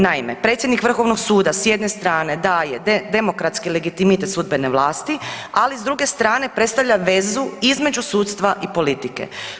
Naime, predsjednik Vrhovnog suda s jedne strane daje demokratski legitimitet sudbene vlasti, ali s druge strane predstavlja vezu između sudstva i politike.